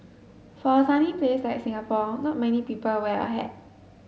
for a sunny place like Singapore not many people wear a hat